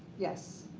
yes.